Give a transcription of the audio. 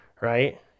right